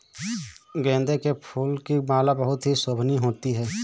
गेंदे के फूल की माला बहुत ही शोभनीय होती है